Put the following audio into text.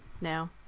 now